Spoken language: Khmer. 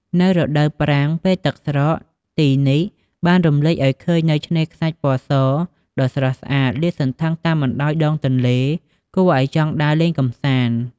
នៅរដូវប្រាំង ពេលទឹកស្រក ទីនេះបានរំលេចឲឃើញនូវឆ្នេខ្សាច់ពណ៌សដ៏ស្រស់ស្អាត លាតសន្ធឹង តាមបណ្តោយដងទន្លេ គួរឲ្យចង់ដើរលេងកំសាន្ត។